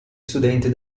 studenti